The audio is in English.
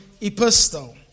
epistle